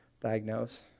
diagnose